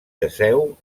teseu